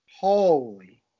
Holy